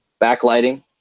backlighting